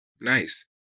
Nice